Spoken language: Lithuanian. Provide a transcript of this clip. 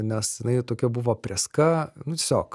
nes jinai tokia buvo prėska nu tiesiog